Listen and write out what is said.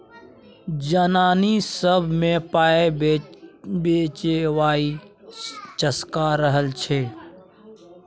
जनानी सब मे पाइ बचेबाक चस्का रहय छै